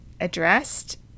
addressed